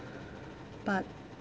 but